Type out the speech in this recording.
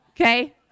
Okay